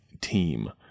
team